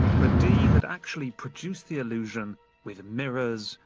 but dee had actually produced the illusion with mirrors,